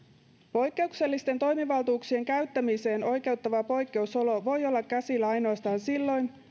poikkeuksellisten toimivaltuuksien käyttämiseen oikeuttava poikkeusolo voi olla käsillä ainoastaan silloin